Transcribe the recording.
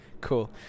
Cool